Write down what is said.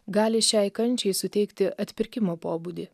gali šiai kančiai suteikti atpirkimo pobūdį